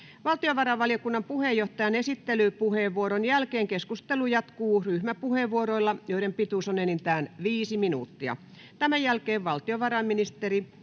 Valtiovarainvaliokunnan puheenjohtajan esittelypuheenvuoron jälkeen keskustelu jatkuu ryhmäpuheenvuoroilla, joiden pituus on enintään viisi minuuttia. Tämän jälkeen valtiovarainministeri